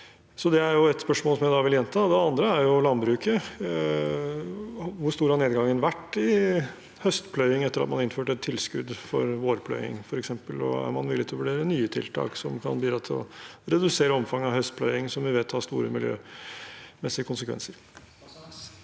Det andre gjelder landbruket. Hvor stor har nedgangen vært i høstpløying etter at man f.eks. innførte et tilskudd for vårpløying, og er man villig til å vurdere nye tiltak som kan bidra til å redusere omfanget av høstpløying, som vi vet har store miljømessige konsekvenser?